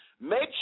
make